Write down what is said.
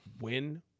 win